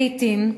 לעתים,